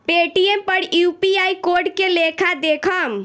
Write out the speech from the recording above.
Paytm पर UPI code के लेखा देखम?